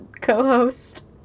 co-host